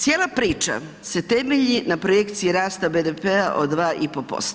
Cijela priča se temelji na projekciji rasta BDP-a od 2,5%